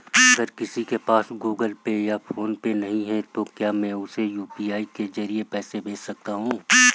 अगर किसी के पास गूगल पे या फोनपे नहीं है तो क्या मैं उसे यू.पी.आई के ज़रिए पैसे भेज सकता हूं?